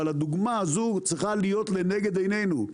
אבל הדוגמה הזו צריכה להיות לנגד עינינו,